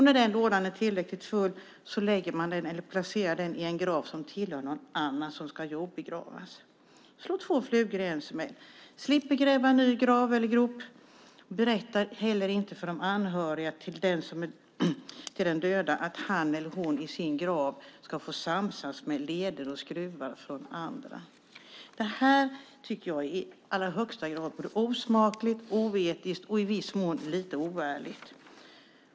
När lådan är tillräckligt fylld placerar man den i en grav som tillhör någon som ska jordbegravas. Man slår två flugor i en smäll. Man slipper gräva en ny grav eller grop. Man berättar inte heller för de anhöriga till den döde att han eller hon i sin grav ska få samsas med leder och skruvar från andra. Det här är i allra högsta grad osmakligt, oetiskt och i viss mån lite oärligt.